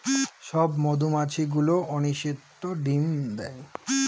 সব মধুমাছি গুলো অনিষিক্ত ডিম দেয়